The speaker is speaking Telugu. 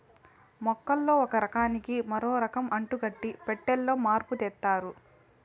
మొక్కల్లో ఒక రకానికి మరో రకం అంటుకట్టి పెట్టాలో మార్పు తెత్తారు